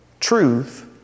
Truth